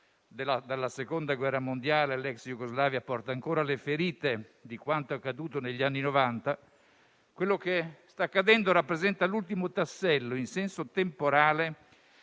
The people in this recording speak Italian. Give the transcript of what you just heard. dalla Seconda guerra mondiale all'ex Jugoslavia, che porta ancora le ferite di quanto accaduto negli anni '90 - rappresenta l'ultimo tassello in senso temporale